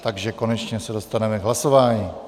Takže konečně se dostaneme k hlasování.